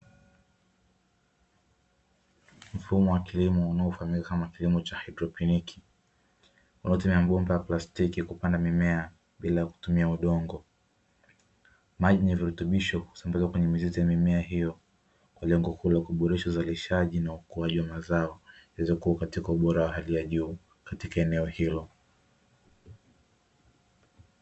Mfumo wa kilimo unaofahamika kama kilimo cha haidroponiki unaotumia mabomba ya plastiki kupanda mimea bila kutumia udongo, maji yenye virutubisho husambazwa kwenye mimea hiyo ili kuboresha uzalisha wa mazao kuweza kuwa bora zaidi katika eneo hilo.